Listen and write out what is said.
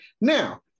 Now